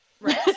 Right